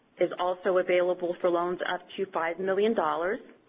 is also available for loans up to five million dollars.